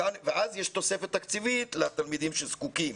ואז יש תוספת תקציבית לתלמידים הזקוקים.